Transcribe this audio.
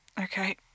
okay